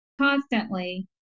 constantly